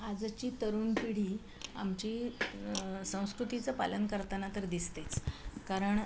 आजची तरुण पिढी आमची संस्कृतीचं पालन करताना तर दिसतेच कारण